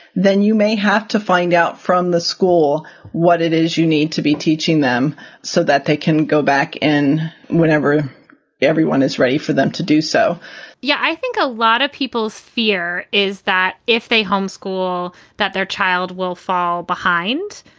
then you may have to find out from the school what it is you need to be teaching them so that they can go back in whenever everyone is ready for them to do so yeah, i think a lot of people's fear is that if they homeschool, that their child will fall behind.